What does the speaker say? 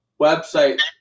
website